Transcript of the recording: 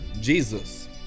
jesus